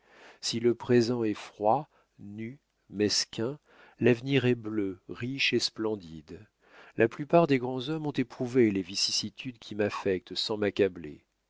si le présent est froid nu mesquin l'avenir est bleu riche et splendide la plupart des grands hommes ont éprouvé les vicissitudes qui m'affectent sans m'accabler